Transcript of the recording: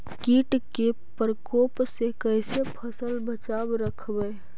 कीट के परकोप से कैसे फसल बचाब रखबय?